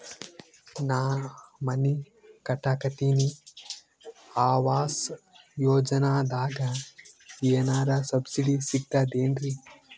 ನಾ ಮನಿ ಕಟಕತಿನಿ ಆವಾಸ್ ಯೋಜನದಾಗ ಏನರ ಸಬ್ಸಿಡಿ ಸಿಗ್ತದೇನ್ರಿ?